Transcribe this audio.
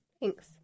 Thanks